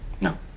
No